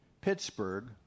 Pittsburgh